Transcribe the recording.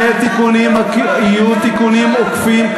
יהיו תיקונים עוקפים.